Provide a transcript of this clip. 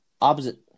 opposite –